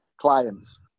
clients